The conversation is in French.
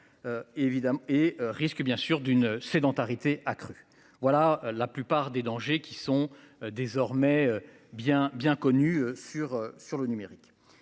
et risque bien sûr d'une sédentarité accrue. Voilà. La plupart des dangers qui sont désormais bien bien connu sur sur le numérique.